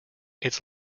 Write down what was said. its